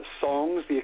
songs